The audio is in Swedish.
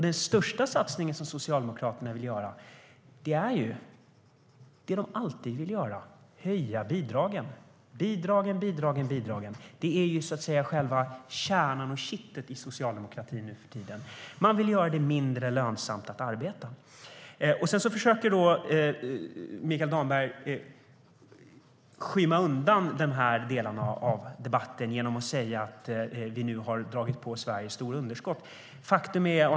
Den största satsningen som Socialdemokraterna vill göra är det som de alltid vill göra, nämligen höja bidragen - bidragen, bidragen, bidragen. Det är, så att säga, själva kärnan och kittet i socialdemokratin nu för tiden. Man vill göra det mindre lönsamt att arbeta. Sedan försöker Mikael Damberg skymma undan de här delarna av debatten genom att säga att vi nu har dragit på Sverige stora underskott.